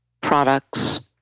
products